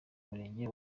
murenge